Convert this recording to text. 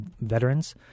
veterans